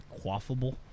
quaffable